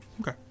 okay